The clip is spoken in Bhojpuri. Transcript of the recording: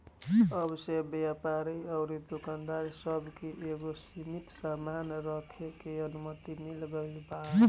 अब से व्यापारी अउरी दुकानदार सब के एगो सीमित सामान रखे के अनुमति मिल गईल बावे